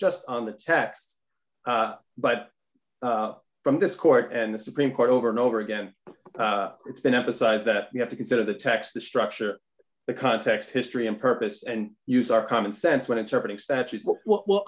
just on the text but from this court and the supreme court over and over again it's been emphasized that you have to consider the text the structure the context history and purpose and use our common sense when